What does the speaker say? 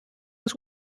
was